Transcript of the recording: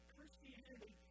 Christianity